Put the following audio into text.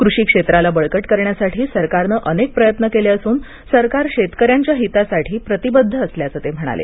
कृषी क्षेत्राला बळकट करण्यासाठी सरकारनं अनेक प्रयत्न केले असून सरकार शेतकर्यांच्या हितासाठी प्रतिबद्ध असल्याच ते म्हणाले